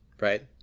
right